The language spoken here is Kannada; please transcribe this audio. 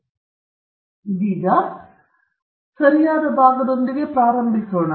ಇದೀಗ ಅದರ ಸರಿಯಾದ ಭಾಗದೊಂದಿಗೆ ಪ್ರಾರಂಭಿಸೋಣ